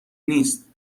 نیست